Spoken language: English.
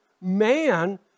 man